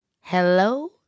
Hello